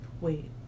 Wait